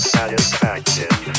Satisfaction